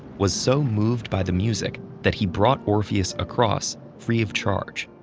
was so moved by the music that he brought orpheus across free of charge.